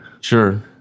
sure